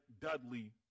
Dudley